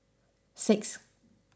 six